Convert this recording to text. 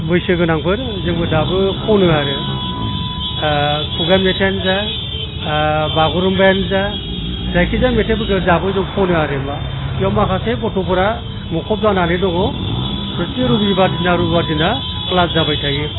बैसो गोनांफोर जोंबो दाबो खनो आरो खुगा मेथाइयानो जा बागुरुमबायानो जा जायखि जाया मेथाइफोरखो दाबो जों खनो आरोमा बेयाव माखासे गथ'फोरा मखब जानानै दङ फ्रथेग रबिबार दिना रबिबार दिना क्लास जाबाय थायो